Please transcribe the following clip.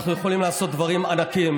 אנחנו יכולים לעשות דברים ענקיים,